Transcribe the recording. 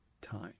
time